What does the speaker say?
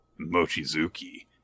Mochizuki